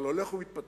אבל הוא הולך ומתפתח.